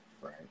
Right